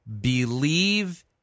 believe